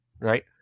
right